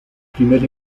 primer